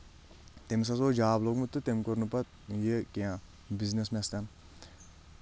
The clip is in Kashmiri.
تٔمِس حظ اوس جاب لوگمُت تہٕ تٔمۍ کوٚر نہٕ پَتہٕ یہِ کینٛہہ بِزنس مےٚ سۭتۍ